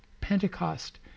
Pentecost